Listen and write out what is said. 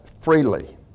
freely